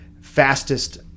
fastest